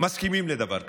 מסכימים לדבר כזה.